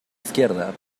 izquierda